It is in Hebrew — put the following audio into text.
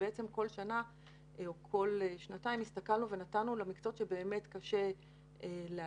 ובעצם כל שנה או כל שנתיים הסתכלנו ונתנו למקצועות שבאמת קשה לאייש